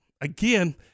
Again